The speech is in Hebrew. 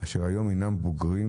אשר היום הינם בוגרים,